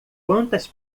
quantas